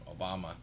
Obama